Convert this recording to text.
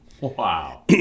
Wow